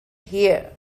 here